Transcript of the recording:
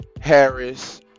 Harris